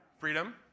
freedom